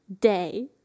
day